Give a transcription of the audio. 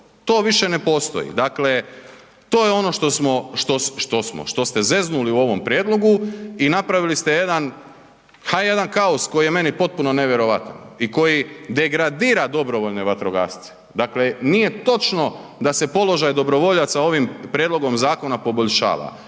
to više ne postoji, dakle to je ono što smo, što smo, što ste zeznuli u ovom prijedlogu i napravili ste jedan, ha jedan kaos koji je meni potpuno nevjerojatan i koji degradira dobrovoljne vatrogasce, dakle nije točno da se položaj dobrovoljaca ovim prijedlogom zakona poboljšava,